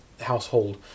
household